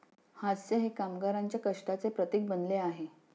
हास्य हे कामगारांच्या कष्टाचे प्रतीक बनले आहे